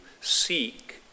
Seek